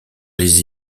les